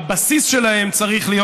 הבסיס שלהן צריך להיות,